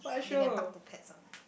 they can talk to pets orh